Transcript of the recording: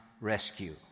rescue